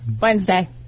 Wednesday